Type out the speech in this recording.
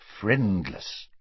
friendless